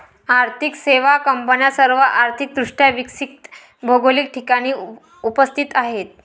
आर्थिक सेवा कंपन्या सर्व आर्थिक दृष्ट्या विकसित भौगोलिक ठिकाणी उपस्थित आहेत